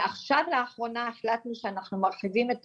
עכשיו לאחרונה החלטנו שאנחנו מרחיבים את